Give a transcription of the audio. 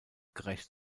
gerecht